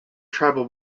tribal